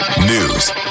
News